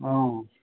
অ